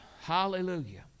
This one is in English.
Hallelujah